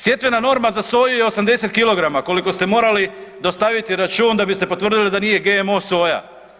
Sjetvena norma za soju je 80 kg, koliko ste morali dostaviti račun da biste potvrdili da nije GMO soja.